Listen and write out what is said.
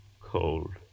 cold